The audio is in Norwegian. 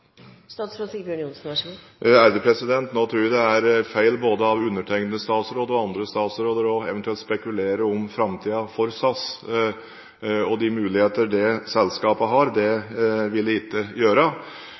Jeg tror det er feil, både av undertegnede statsråd og andre statsråder, eventuelt å spekulere om framtiden for SAS og de muligheter det selskapet har.